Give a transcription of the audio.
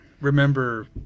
remember